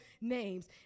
names